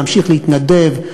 להמשיך להתנדב,